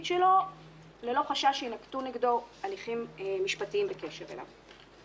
שלו ללא חשש שיינקטו נגדו הליכים משפטיים בקשר אליו.